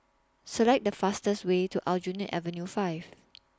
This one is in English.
Select The fastest Way to Aljunied Avenue five